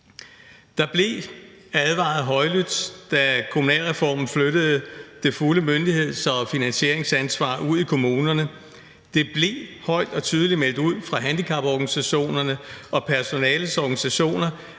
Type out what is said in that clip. Der blev advaret højlydt, da kommunalreformen flyttede det fulde myndigheds- og finansieringsansvar ud i kommunerne, og det blev højt og tydeligt meldt ud fra handicaporganisationerne og personalets organisationer,